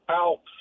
out